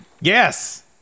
yes